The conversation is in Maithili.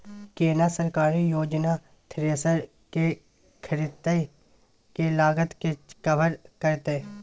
केना सरकारी योजना थ्रेसर के खरीदय के लागत के कवर करतय?